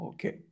Okay